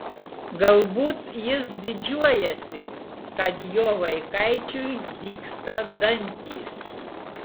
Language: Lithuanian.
galbūt jis didžiuojasi kad jo vaikaičiui dygsta dantys